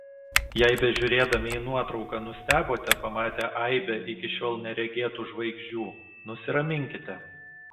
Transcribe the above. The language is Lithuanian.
jei bežiūrėdami į nuotrauką nustebote pamatę aibę iki šiol neregėtų žvaigždžių nusiraminkite